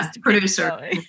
producer